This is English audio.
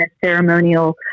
ceremonial